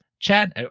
Chad